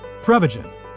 Prevagen